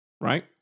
Right